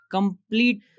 complete